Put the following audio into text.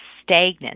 stagnant